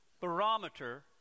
barometer